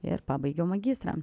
ir pabaigiau magistrą